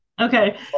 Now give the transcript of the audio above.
Okay